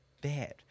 bad